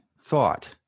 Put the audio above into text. thought